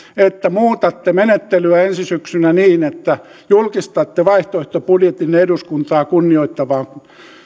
että muutatte menettelyä ensi syksynä niin että julkistatte vaihtoehtobudjettinne eduskuntaa kunnioittavassa